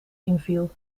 inviel